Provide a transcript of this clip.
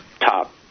top